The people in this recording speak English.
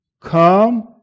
come